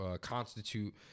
constitute